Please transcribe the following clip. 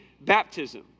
baptism